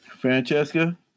Francesca